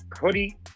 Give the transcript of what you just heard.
hoodie